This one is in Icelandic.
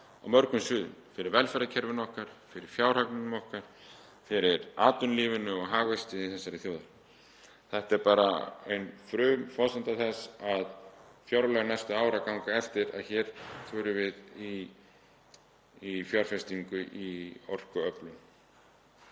á mörgum sviðum, fyrir velferðarkerfinu okkar, fyrir fjárhagnum okkar, fyrir atvinnulífinu og hagvexti þessarar þjóðar. Þetta er bara ein frumforsenda þess að fjárlög næstu ára gangi eftir, að hér förum við í fjárfestingu í orkuöflun.